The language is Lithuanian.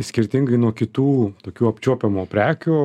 skirtingai nuo kitų tokių apčiuopiamų prekių